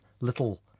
little